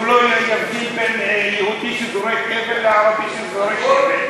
הוא לא יבדיל בין יהודי שזורק אבן לערבי שזורק אבן.